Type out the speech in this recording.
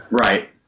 Right